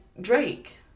Drake